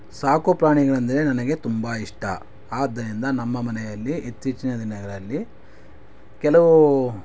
ಸಾಕುಪ್ರಾಣಿಗಳೆಂದರೆ ನನಗೆ ತುಂಬ ಇಷ್ಟ ಆದ್ದರಿಂದ ನಮ್ಮ ಮನೆಯಲ್ಲಿ ಇತ್ತೀಚಿನ ದಿನಗಳಲ್ಲಿ ಕೆಲವು